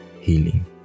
healing